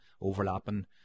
overlapping